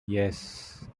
yes